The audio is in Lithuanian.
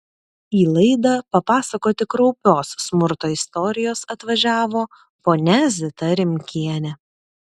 į laidą papasakoti kraupios smurto istorijos atvažiavo ponia zita rimkienė